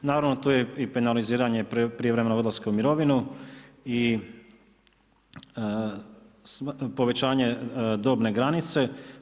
Naravno tu je i penaliziranje, prijevremenog odlaska u mirovinu i povećanje dobne granice.